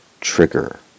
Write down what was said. trigger